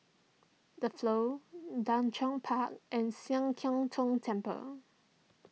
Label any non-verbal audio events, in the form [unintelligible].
the Flow [unintelligible] Park and Sian Keng Tong Temple